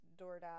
DoorDash